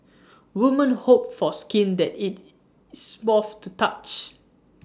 women hope for skin that is small to the touch